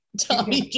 Tommy